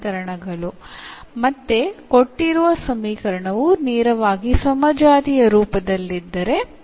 നമുക്ക് നൽകിയിരിക്കുന്ന സമവാക്യം നേരിട്ട് ഹോമോജീനിയസ് രൂപത്തിൽ ആയിരിക്കില്ല